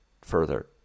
further